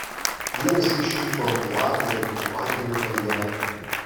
vienas iš jūsų amplua yra diplomatinė karjera